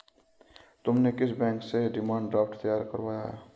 तुमने किस बैंक से डिमांड ड्राफ्ट तैयार करवाया है?